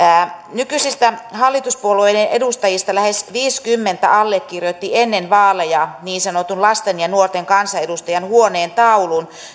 nykyisistä hallituspuolueiden edustajista lähes viisikymmentä allekirjoitti ennen vaaleja niin sanotun lasten ja nuorten kansanedustajan huoneentaulun